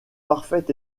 parfait